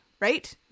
right